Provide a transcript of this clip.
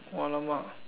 !alamak!